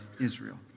Israel